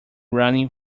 running